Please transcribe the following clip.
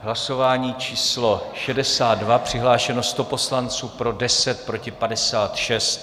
V hlasování číslo 62 přihlášeno 100 poslanců, pro 10, proti 56.